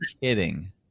kidding